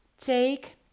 take